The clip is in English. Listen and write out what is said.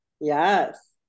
yes